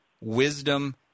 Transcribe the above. wisdom